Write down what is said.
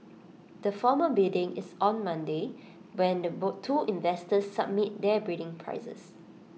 the formal bidding is on Monday when the two investors submit their bidding prices